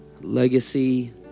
Legacy